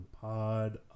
Pod